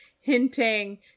hinting